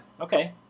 Okay